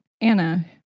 Anna